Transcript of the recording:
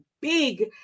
big